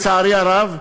לצערי הרב,